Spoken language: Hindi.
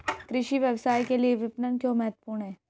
कृषि व्यवसाय के लिए विपणन क्यों महत्वपूर्ण है?